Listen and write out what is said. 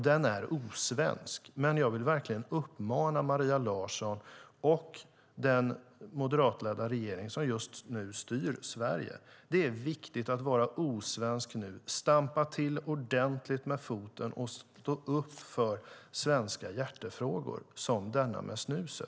Den är osvensk, men jag vill verkligen uppmana Maria Larsson och den moderatledda regering som just nu styr Sverige om detta: Det är viktigt att vara osvensk nu. Det är viktigt att stampa till ordentligt med foten och stå upp för svenska hjärtefrågor, som denna med snuset.